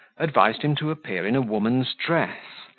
advised him to appear in a woman's dress,